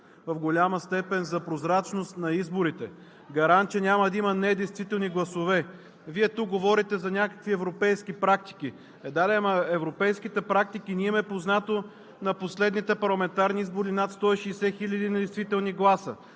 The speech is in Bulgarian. в голяма степен за прозрачност на изборите – гарант, че няма да има недействителни гласове. Вие тук говорите за някакви европейски практики. Да, но на европейските практики не им е познато на последните парламентарни избори над 160 000 недействителни гласа,